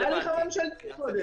זה מה שאמרתי קודם.